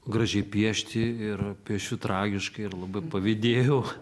gražiai piešti ir piešiu tragiškai ir labai pavydėjau